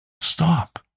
Stop